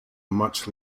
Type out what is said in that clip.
much